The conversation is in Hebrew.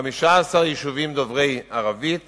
15 יישובים דוברי ערבית